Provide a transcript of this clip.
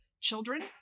children